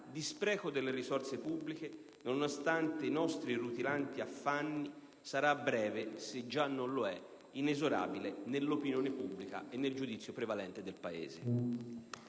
di spreco delle risorse pubbliche*,* nonostante i nostri rutilanti affanni, sarà a breve - se già non lo è - inesorabile nell'opinione pubblica e nel giudizio prevalente del Paese.